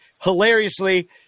hilariously –